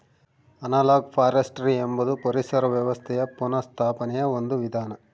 analogue forestry ಎಂಬುದು ಪರಿಸರ ವ್ಯವಸ್ಥೆಯ ಪುನಃಸ್ಥಾಪನೆಯ ಒಂದು ವಿಧಾನ